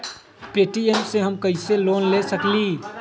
Paytm से हम कईसे लोन ले सकीले?